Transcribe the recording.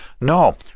no